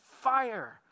fire